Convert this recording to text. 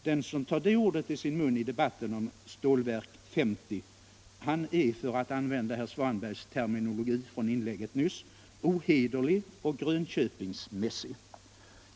Den som tar det ordet i sin mun i debatten om Stålverk 80 är, för att använda herr Svanbergs terminologi från inlägget nyss, ohederlig och grönköpingsmässig.